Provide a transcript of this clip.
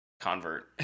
Convert